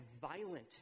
violent